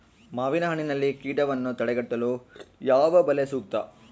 ಮಾವಿನಹಣ್ಣಿನಲ್ಲಿ ಕೇಟವನ್ನು ತಡೆಗಟ್ಟಲು ಯಾವ ಬಲೆ ಸೂಕ್ತ?